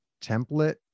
template